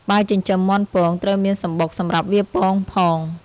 បើចិញ្ចឹមមាន់ពង ត្រូវមានសំបុកសម្រាប់វាពងផង។